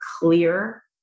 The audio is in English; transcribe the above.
clear